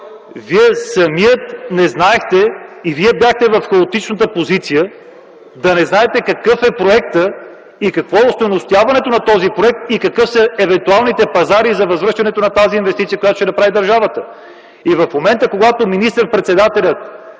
Вие самият не знаехте и Вие бяхте в хаотичната позиция да не знаете какъв е проектът, какво е остойностяването на този проект и какви са евентуалните пазари за възвръщането на инвестицията, която ще направи държавата. В момента, в който министър-председателят